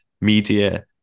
media